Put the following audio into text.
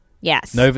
Yes